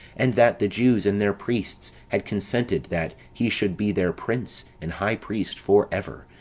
and that the jews, and their priests, had consented that he should be their prince and high priest for ever,